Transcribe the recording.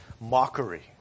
Mockery